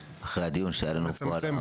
זה לא מצמצם,